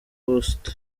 post